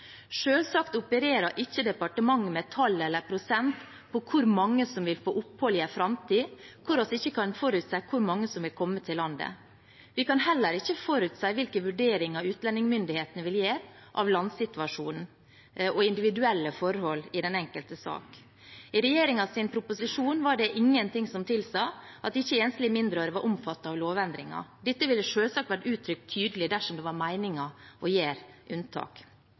opererer ikke departementet med tall eller prosent på hvor mange som vil få opphold i en framtid hvor vi ikke kan forutse hvor mange som vil komme til landet. Vi kan heller ikke forutse hvilke vurderinger utlendingsmyndighetene vil gi av landsituasjonen og individuelle forhold i den enkelte sak. I regjeringens proposisjon var det ingenting som tilsa at enslige mindreårige ikke var omfattet av lovendringene. Det ville selvsagt vært uttrykt tydelig dersom det var meningen å gi unntak.